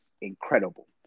incredible